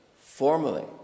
formally